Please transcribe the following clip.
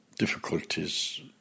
difficulties